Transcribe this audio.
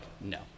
No